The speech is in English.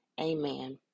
Amen